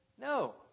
No